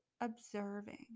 observing